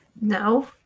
No